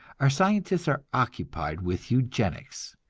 our scientists are occupied with eugenics,